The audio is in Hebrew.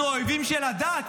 אנחנו האויבים של הדת,